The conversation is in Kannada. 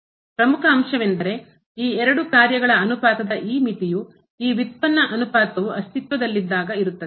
ಪ್ರಮುಖ ಅಂಶವೆಂದರೆ ಈ ಎರಡು ಕಾರ್ಯಗಳ ಅನುಪಾತದ ಈ ಮಿತಿಯು ಈ ವ್ಯುತ್ಪನ್ನ ಅನುಪಾತವು ಅಸ್ತಿತ್ವದಲ್ಲಿದ್ದಾಗ ಇರುತ್ತದೆ